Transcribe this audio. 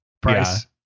Price